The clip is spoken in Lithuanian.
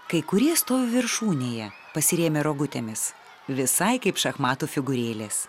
kai kurie stovi viršūnėje pasirėmę rogutėmis visai kaip šachmatų figūrėlės